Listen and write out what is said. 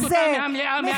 נא להוריד אותה מהדוכן מייד.